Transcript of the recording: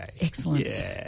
Excellent